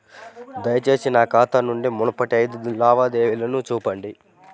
దయచేసి నా ఖాతా నుండి మునుపటి ఐదు లావాదేవీలను చూపండి